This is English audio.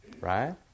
right